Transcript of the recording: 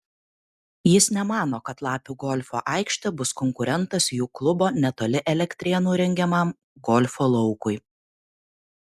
jis nemano kad lapių golfo aikštė bus konkurentas jų klubo netoli elektrėnų rengiamam golfo laukui